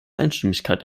einstimmigkeit